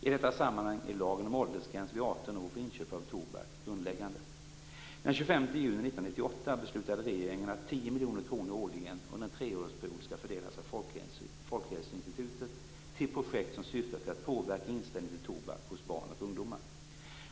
I detta sammanhang är lagen om åldersgräns vid 18 år för inköp av tobak grundläggande. miljoner kronor årligen under en treårsperiod skall fördelas av Folkhälsoinstitutet till projekt som syftar till att påverka inställningen till tobak hos barn och ungdomar.